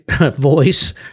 voice